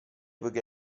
poiché